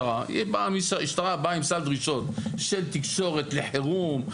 המשטרה באה עם סל דרישות של תקשורת לחירום,